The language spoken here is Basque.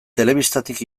telebistatik